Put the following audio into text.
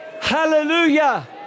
Hallelujah